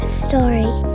story